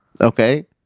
okay